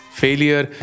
failure